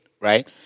right